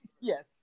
Yes